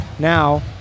Now